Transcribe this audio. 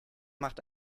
macht